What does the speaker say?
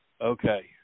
Okay